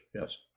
Yes